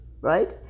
right